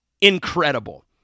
Incredible